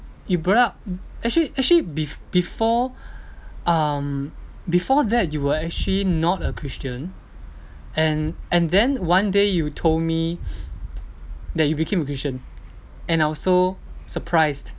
you brought up actually actually bef~ before um before that you were actually not a christian and and then one day you told me that you became a christian and I was so surprised